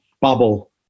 bubble